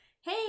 hey